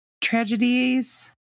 tragedies